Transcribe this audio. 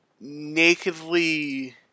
nakedly